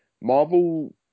Marvel